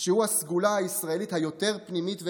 שהוא הסגולה הישראלית היותר פנימית ועליונה,